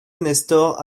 nestor